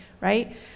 right